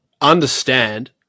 understand